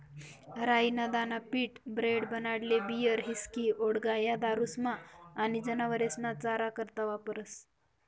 राई ना दाना पीठ, ब्रेड, बनाडाले बीयर, हिस्की, वोडका, या दारुस्मा आनी जनावरेस्ना चारा करता वापरास